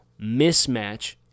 mismatch